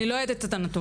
אני לא יודעת את הנתון.